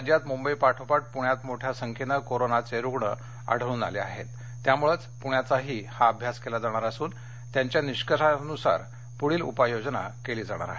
राज्यात मुंबई पाठोपाठ पुण्यात मोठया संख्येनं कोरोनाचे रुग्ण आढळून आले आहेत त्यामुळंच पुण्याचाही हा अभ्यास केला जाणार असून त्याच्या निष्कर्षानुसार पुढील उपाययोजना केली जाणार आहे